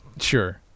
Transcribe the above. Sure